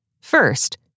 First